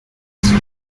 zur